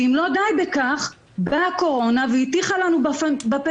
ואם לא די בכך, באה הקורונה והטיחה לנו בפנים